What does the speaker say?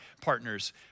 partners